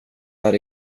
där